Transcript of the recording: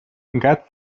gat